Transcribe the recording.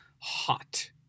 hot